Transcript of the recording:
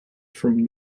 from